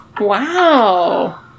Wow